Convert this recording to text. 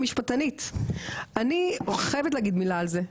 כמשפטנית אני חייבת להגיד מילה על זה,